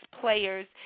players